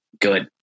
good